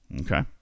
Okay